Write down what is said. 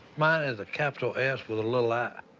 mine is a capital s with a little i.